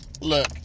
look